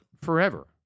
forever